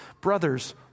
brothers